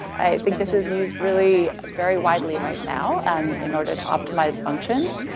i think this is used really very widely right now, um, in order to optimize functions.